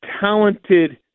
talented